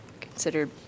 considered